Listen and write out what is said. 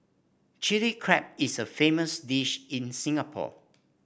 Chilli Crab is a famous dish in Singapore